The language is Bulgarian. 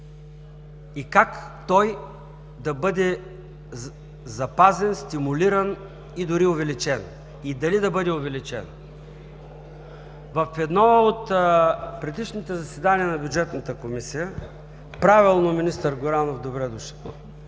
и как да бъде запазен, стимулиран и дори увеличен? И дали да бъде увеличен? В едно от предишните заседания на Бюджетната комисия, правилно министър Горанов – добре дошъл!